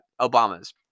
Obama's